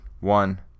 one